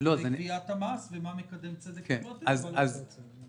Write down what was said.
מבחינת גביית המס ומה מקדם צדק חברתי אבל --- אוקי,